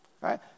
right